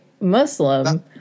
Muslim